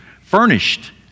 furnished